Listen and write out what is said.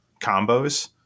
combos